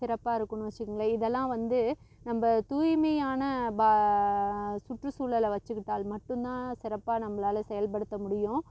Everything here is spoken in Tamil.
சிறப்பாருக்குன்னு வச்சிக்கங்களேன் இதெல்லாம் வந்து நம்ப தூய்மையான பா சுற்றுசூழலை வச்சிகிட்டால் மட்டும்தான் சிறப்பாக நம்மளால செயல்படுத்த முடியும்